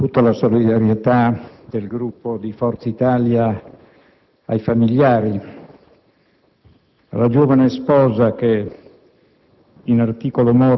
tutta la solidarietà del Gruppo di Forza Italia ai familiari